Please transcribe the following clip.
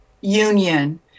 union